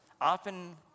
often